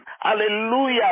hallelujah